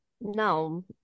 No